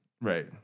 Right